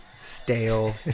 stale